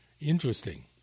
Interesting